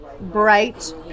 bright